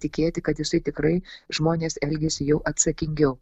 tikėti kad jisai tikrai žmonės elgiasi jau atsakingiau